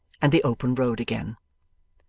and the open road again.